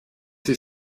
sie